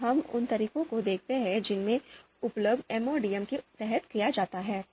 अब हम उन तरीकों को देखते हैं जिनका उपयोग MODM के तहत किया जाता है